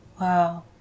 Wow